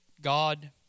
God